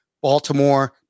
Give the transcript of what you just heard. Baltimore